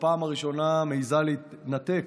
שבפעם הראשונה מעיזה להתנתק